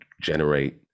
generate